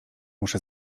muszę